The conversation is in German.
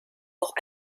auch